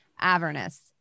Avernus